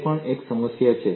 તે પણ એક સમસ્યા છે